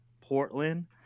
Portland